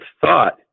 thought